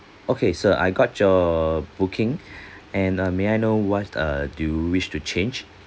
okay sir I got your booking and uh may I know what err do you wish to change